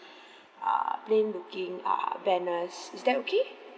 uh plain looking uh banners is that okay